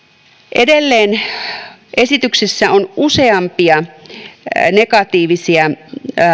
edelleen esityksessä on useampia negatiivisia